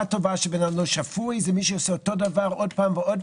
טובה של אדם לא שפוי זה מי שעושה אותו דבר שוב ושוב,